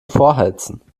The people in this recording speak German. vorheizen